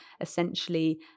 essentially